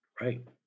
right